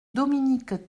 dominique